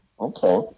Okay